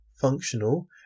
functional